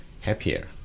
happier